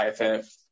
IFF